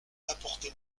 apportez